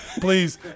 please